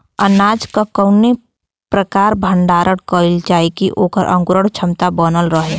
अनाज क कवने प्रकार भण्डारण कइल जाय कि वोकर अंकुरण क्षमता बनल रहे?